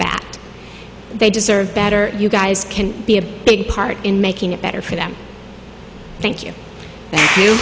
that they deserve better you guys can be a big part in making it better for them thank you thank you